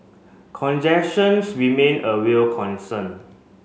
congestions remain a real concern